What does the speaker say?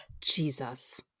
Jesus